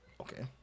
Okay